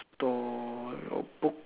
store your books